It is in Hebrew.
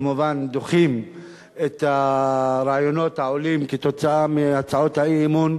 כמובן דוחים את הרעיונות העולים מהצעות האי-אמון,